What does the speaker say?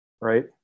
Right